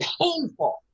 painful